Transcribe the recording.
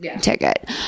Ticket